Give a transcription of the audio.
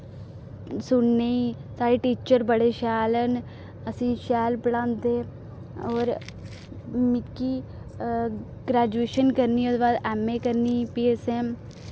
सुनने ई साढ़े टीचर बड़े शैल न असें शैल पढ़ांदे और मिकी ग्रैजुएशन करनी ओह्दे बाद ऐम्मए करनी फ्ही असें